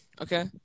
okay